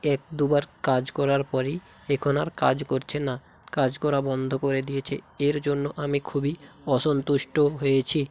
এক দুবার কাজ করার পরই এখন আর কাজ করছে না কাজ করা বন্ধ করে দিয়েছে এর জন্য আমি খুবই অসন্তুষ্ট হয়েছি